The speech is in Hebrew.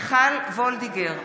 מיכל וולדיגר,